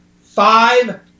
five